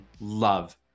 love